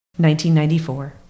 1994